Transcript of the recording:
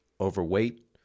overweight